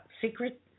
secret